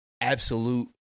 absolute